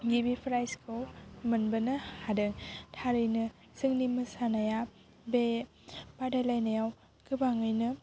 गिबि फ्राइसखौ मोनबोनो हादों थारैनो जोंनि मोसानाया बे बादायलायनायाव गोबाङैनो